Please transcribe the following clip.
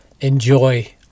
enjoy